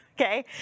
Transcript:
okay